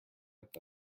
there